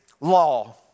law